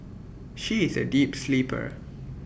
she is A deep sleeper